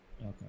Okay